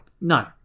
No